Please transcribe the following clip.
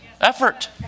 Effort